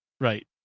right